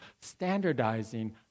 standardizing